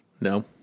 No